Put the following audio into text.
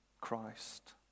Christ